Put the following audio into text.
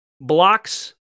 blocks